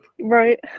Right